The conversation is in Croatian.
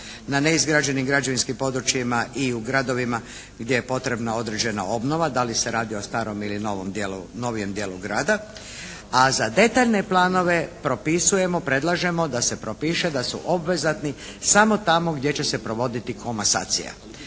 na neizgrađenim građevinskim područjima i u gradovima gdje je potrebna određena obnova. Da li se radi o starom ili novom dijelu, novijem dijelu grada. A za detaljne planove propisujemo, predlažemo da se propiše da su obvezatni samo tamo gdje će se provoditi komasacija.